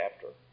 chapter